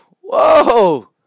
whoa